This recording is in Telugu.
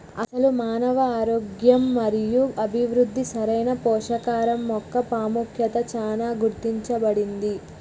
అసలు మానవ ఆరోగ్యం మరియు అభివృద్ధికి సరైన పోషకాహరం మొక్క పాముఖ్యత చానా గుర్తించబడింది